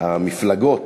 המפלגות